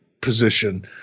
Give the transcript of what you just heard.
position